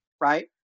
right